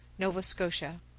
nova scotia.